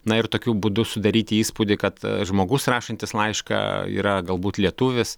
na ir tokiu būdu sudaryti įspūdį kad žmogus rašantis laišką yra galbūt lietuvis